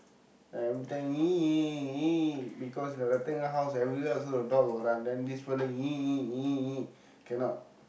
every time because the rectangle house everywhere also the dog will run then this fella cannot